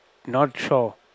not shore